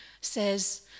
says